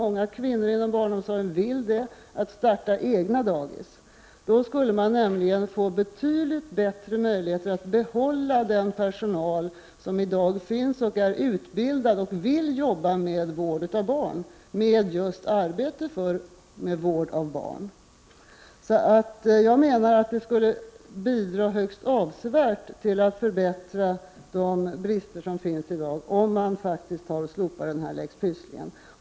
Många kvinnor inom barnomsorgen vill göra det. Man skulle då få betydligt bättre möjligheter att behålla den personal som i dag finns. Den personalen är utbildad för och vill arbeta just med vård av barn. Jag menar att det skulle bidra högst avsevärt till att avhjälpa de brister som finns i dag, om man tog och slopade lex Pysslingen.